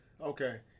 Okay